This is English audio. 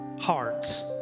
hearts